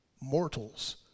mortals